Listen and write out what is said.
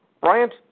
Bryant